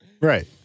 Right